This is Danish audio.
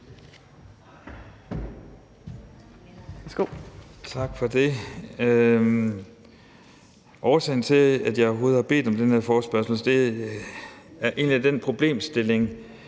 Tak for det. Årsagen til, at jeg overhovedet har bedt om den her forespørgsel, er den problemstilling,